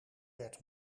werd